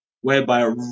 whereby